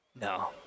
No